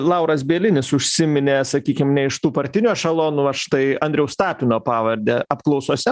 lauras bielinis užsiminė sakykim ne iš tų partinių ešalonų štai andriaus tapino pavarde apklausose